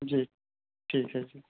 जी ठीक है ठीक